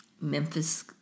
Memphis